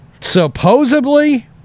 supposedly